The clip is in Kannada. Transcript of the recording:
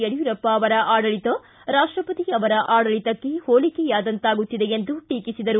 ಯಡಿರೂರಪ್ಪ ಅವರ ಆಡಳಿತ ರಾಷ್ಟಪತಿ ಅವರ ಆಡಳಿತಕ್ಕೆ ಹೋಲಿಕೆಯಾದಂತಾಗುತ್ತಿದೆ ಎಂದು ಟೀಕಿಸಿದರು